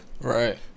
right